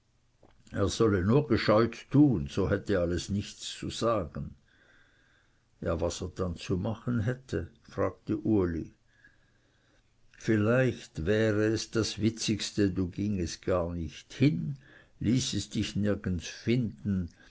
er solle nur gescheut tun so hätte alles nichts zu sagen ja was er dann zu machen hätte fragte uli vielleicht wäre das das witzigste du gingest gar nicht hin ließest dich nirgends finden